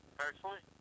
personally